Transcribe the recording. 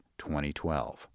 2012